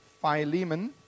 Philemon